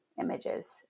images